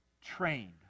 trained